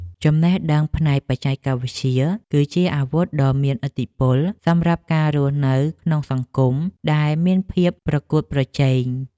ចំណេះដឹងផ្នែកបច្ចេកវិទ្យា គឺជាអាវុធដ៏មានឥទ្ធិពលសម្រាប់ការរស់នៅក្នុងសង្គមដែលមានភាពប្រកួតប្រជែង។